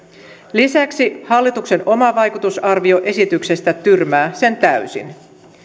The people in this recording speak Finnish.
lisäksi hallituksen oma vaikutusarvio esityksestä tyrmää sen täysin